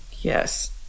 Yes